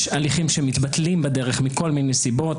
יש הליכים שמתבטלים בדרך מכל מיני סיבות